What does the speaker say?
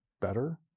better